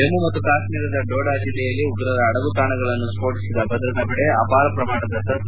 ಜಮ್ನು ಮತ್ತು ಕಾಶ್ಮೀರದ ಡೋಡಾ ಜಿಲ್ಲೆಯಲ್ಲಿ ಉಗ್ರರ ಅಡಗುತಾಣಗಳನ್ನು ಸ್ಪೋಟಿಸಿದ ಭದ್ರತಾ ಪಡೆ ಅಪಾರ ಪ್ರಮಾಣದ ಶಸ್ತಾಸ್ತ ವಶ